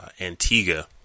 Antigua